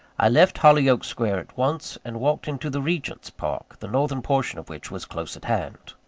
i left hollyoake square at once, and walked into the regent's park, the northern portion of which was close at hand.